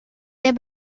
der